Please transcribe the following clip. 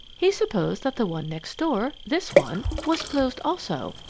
he supposed that the one next door this one was closed also,